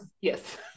yes